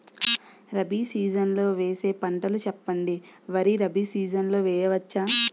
Rabi season లో వేసే పంటలు చెప్పండి? వరి రబీ సీజన్ లో వేయ వచ్చా?